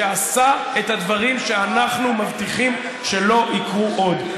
שעשה את הדברים שאנחנו מבטיחים שלא יקרו עוד.